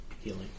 healing